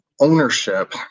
Ownership